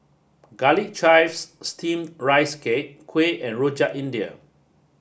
Garlic Chives Steamed Rice Cake Kuih and Rojak India